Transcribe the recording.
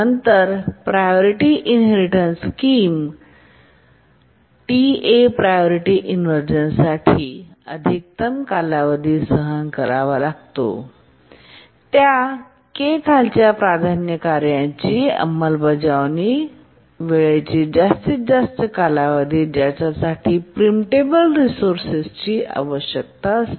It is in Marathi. नंतर प्रायोरिटी इनहेरिटेन्स स्कीम योजनेंतर्गत Ta प्रायोरिटी इनव्हर्झन साठी अधिकतम कालावधी सहन करावा लागतो त्या के खालच्या प्राधान्य कार्यांची अंमलबजावणी वेळेची जास्तीत जास्त कालावधी ज्यासाठी त्यांना प्रीम्पटेबल रिसोर्सेस आवश्यकता असते